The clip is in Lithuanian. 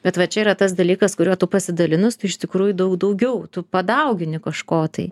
bet va čia yra tas dalykas kuriuo tu pasidalinus tu iš tikrųjų daug daugiau tu padaugini kažko tai